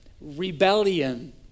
Rebellion